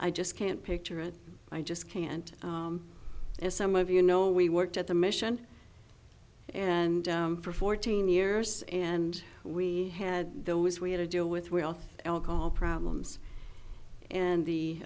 i just can't picture it i just can't as some of you know we worked at the mission and for fourteen years and we had those we had to deal with real alcohol problems and the